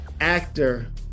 actor